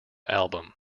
album